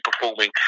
performing